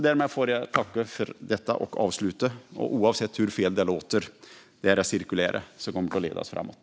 Därmed tackar jag för mig och avslutar, oavsett hur fel det låter, med att det är det cirkulära som kommer att leda oss framåt.